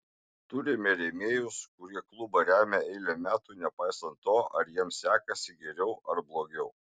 turime rėmėjus kurie klubą remia eilę metų nepaisant to ar jiems sekasi geriau ar blogiau